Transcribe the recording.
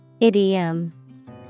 Idiom